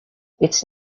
its